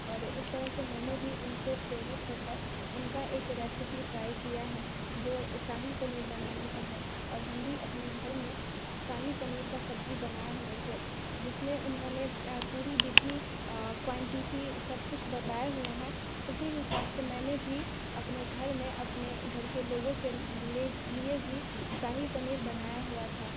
और इस तरह से मैंने भी उन से प्रेरित हो कर उनकी एक रेसिपी ट्राई किया है जो शाही पनीर बनाने का है और हम भी अपने घर में शाही पनीर की सब्ज़ी बनाए हुए थे जिस में उन्होंने पूरी विधी क्वांटिटी सब कुछ बताए हुए है उसी हिसाब से मैंने भी अपने घर में अपने घर के लोगों के लिए भी शाही पनीर बनाया हुआ था